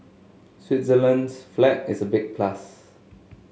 Switzerland's flag is a big plus